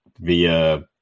via